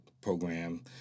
program